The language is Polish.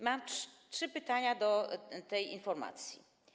Mam trzy pytania do tej informacji.